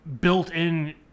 built-in